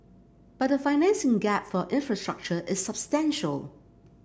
but the financing gap for infrastructure is substantial